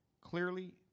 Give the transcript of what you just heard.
clearly